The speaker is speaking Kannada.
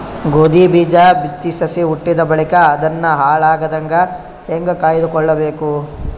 ಗೋಧಿ ಬೀಜ ಬಿತ್ತಿ ಸಸಿ ಹುಟ್ಟಿದ ಬಳಿಕ ಅದನ್ನು ಹಾಳಾಗದಂಗ ಹೇಂಗ ಕಾಯ್ದುಕೊಳಬೇಕು?